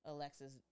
Alexis